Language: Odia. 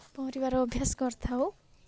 ପହଁରିବାର ଅଭ୍ୟାସ କରିଥାଉ